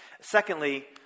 Secondly